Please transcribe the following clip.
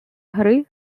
гри